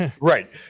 right